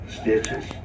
stitches